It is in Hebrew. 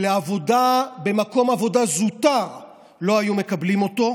שלעבודה במקום עבודה זוטר לא היו מקבלים אותו,